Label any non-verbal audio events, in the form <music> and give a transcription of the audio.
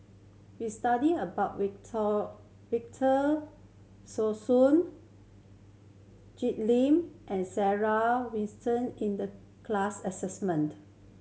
we studied about <unintelligible> Victor Sassoon Jig Lim and Sarah <unintelligible> in the class assessment